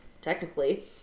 technically